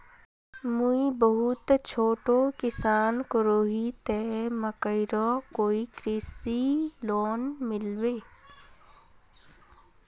मुई बहुत छोटो किसान करोही ते मकईर कोई कृषि लोन मिलबे?